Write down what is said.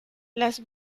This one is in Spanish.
las